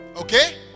okay